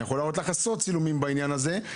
אני יכול להראות לך עשרות צילומים בעניין הזה,